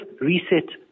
reset